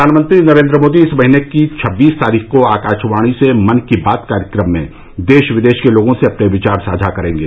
प्रधानमंत्री नरेन्द्र मोदी इस महीने की छब्बीस तारीख को आकाशवाणी से मन की बात कार्यक्रम में देश विदेश के लोगों से अपने विचार साझा करेंगे